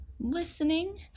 listening